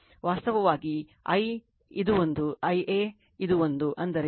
ವಾಸ್ತವವಾಗಿ I ಈ ಒಂದು Ia ಇದು ಒಂದು ಅಂದರೆ 6